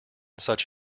such